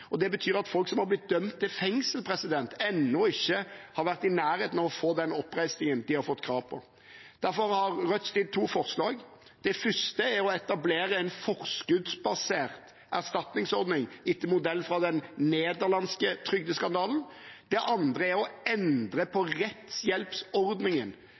Det betyr at folk som har blitt dømt til fengsel, ennå ikke har vært i nærheten av å få den oppreisningen de har krav på. Derfor har Rødt fremmet to forslag. Det første er å etablere en forskuddsbasert erstatningsordning, etter modell fra den nederlandske trygdeskandalen. Det andre er å endre